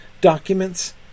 documents